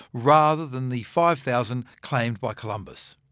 rather than the five thousand claimed by columbus.